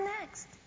next